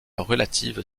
relative